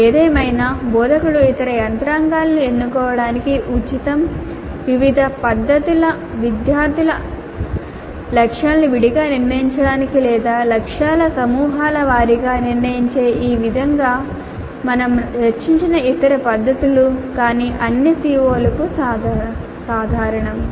ఏదేమైనా బోధకుడు ఇతర యంత్రాంగాలను ఎన్నుకోవటానికి ఉచితం వివిధ పద్ధతుల విద్యార్థుల లక్ష్యాలను విడిగా నిర్ణయించడం లేదా లక్ష్యాల సమూహాల వారీగా నిర్ణయించే ఈ విధంగా మేము చర్చించిన ఇతర పద్ధతులు కానీ అన్ని CO లకు సాధారణం